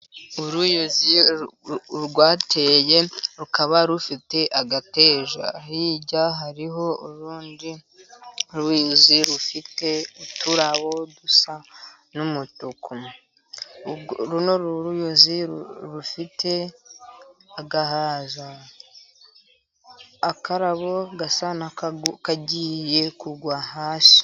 Uruyuzi rwatewe rukaba rufite agateja, hirya hariho urundi ruyuzi rufite uturabo dusa n'umutuku, uruyuzi rufite agahaza, akarabo gasa n'akagiye kugwa hasi.